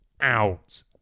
Out